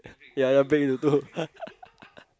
ya ya break into two